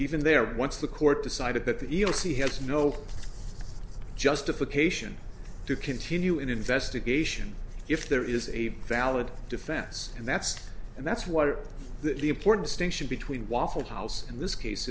even there once the court decided that the e e o c has no justification to continue an investigation if there is a valid defense and that's and that's what the important distinction between waffle house in this case